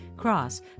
Cross